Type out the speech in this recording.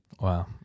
Wow